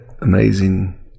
amazing